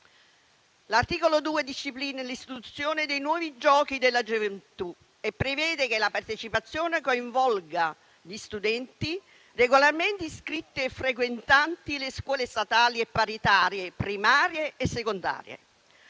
L'articolo 2 disciplina l'istituzione dei Nuovi giochi della gioventù e prevede che la partecipazione coinvolga gli studenti regolarmente iscritti e frequentanti le scuole statali e paritarie, primarie e secondarie.